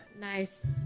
Nice